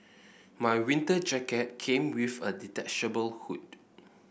my winter jacket came with a detachable hood